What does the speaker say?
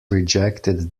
rejected